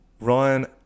Ryan